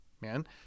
man